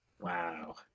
Wow